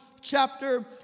chapter